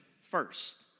first